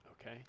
Okay